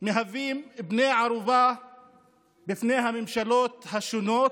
מהווים בני ערובה בפני הממשלות השונות